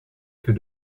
que